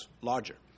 larger